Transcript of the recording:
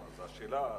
אז השאלה,